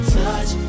touch